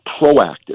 proactive